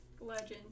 Legend